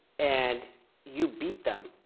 and you beat them,